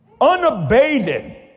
unabated